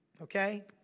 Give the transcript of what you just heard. Okay